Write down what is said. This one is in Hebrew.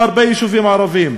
בהרבה יישובים ערביים,